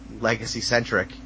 Legacy-centric